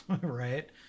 right